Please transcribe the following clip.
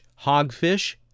hogfish